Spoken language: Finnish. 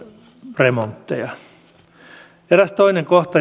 remontteja eräs toinen kohta